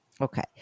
Okay